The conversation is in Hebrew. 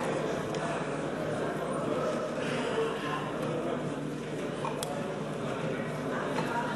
כהצעת הוועדה, רבותי.